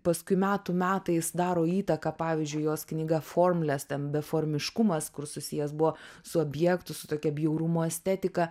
paskui metų metais daro įtaką pavyzdžiui jos knyga formulės ten beformiškumas kur susijęs buvo su objektu su tokia bjaurumo estetika